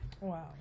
Wow